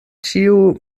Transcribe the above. ĉiu